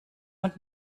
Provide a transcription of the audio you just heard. und